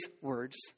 words